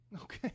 okay